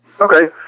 Okay